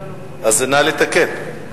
אז נא לתקן.